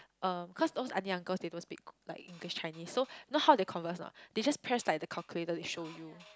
um cause those aunties uncles they don't speak ko~ like English Chinese so you know how they converse or not they just press like the calculator to show you